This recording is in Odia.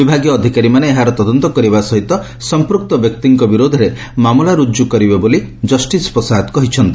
ବିଭାଗୀୟ ଅଧିକାରୀମାନେ ଏହାର ତଦନ୍ତ କରିବା ସହ ସଂପୂକ୍ତ ବ୍ୟକ୍ତିଙ୍କ ବିରୋଧରେ ମାମଲା ରୁଜୁ ହେବ ବୋଲି ଜଷ୍ଟିସ୍ ପଶାୟତ କହିଛନ୍ତି